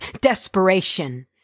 desperation